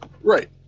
Right